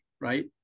right